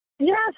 Yes